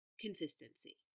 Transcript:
consistency